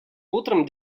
утром